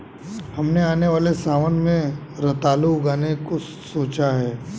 हमने आने वाले सावन में रतालू उगाने का सोचा है